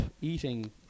eating